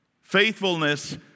Faithfulness